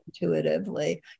intuitively